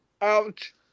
ouch